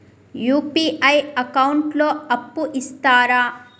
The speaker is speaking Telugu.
యూ.పీ.ఐ అకౌంట్ లో అప్పు ఇస్తరా?